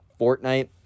Fortnite